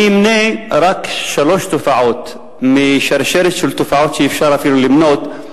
אני אמנה רק שלוש תופעות משרשרת של תופעות שאפשר למנות.